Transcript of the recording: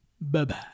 bye-bye